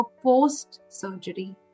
post-surgery